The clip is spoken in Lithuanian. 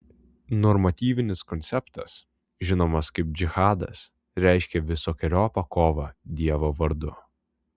normatyvinis konceptas žinomas kaip džihadas reiškia visokeriopą kovą dievo vardu